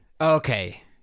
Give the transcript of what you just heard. Okay